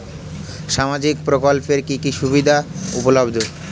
সামাজিক প্রকল্প এর কি কি সুবিধা উপলব্ধ?